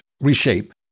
reshape